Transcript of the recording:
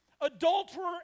adulterer